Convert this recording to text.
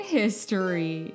history